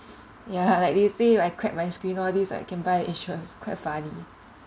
ya like they say if I crack my screen all this like can buy insurance quite funny